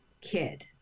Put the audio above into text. kid